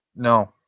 No